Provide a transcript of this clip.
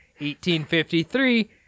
1853